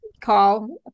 call